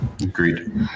agreed